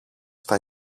στα